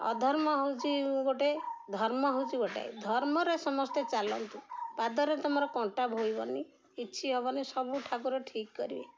ଅଧର୍ମ ହେଉଛି ଗୋଟେ ଧର୍ମ ହେଉଛି ଗୋଟେ ଧର୍ମରେ ସମସ୍ତେ ଚାଲନ୍ତୁ ପାଦରେ ତମର କଣ୍ଟା ଭୋଇବନି କିଛି ହବନି ସବୁ ଠାକୁର ଠିକ୍ କରିବେ